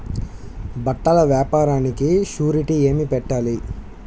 బట్టల వ్యాపారానికి షూరిటీ ఏమి పెట్టాలి?